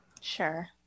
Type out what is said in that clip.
Sure